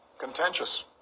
contentious